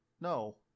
No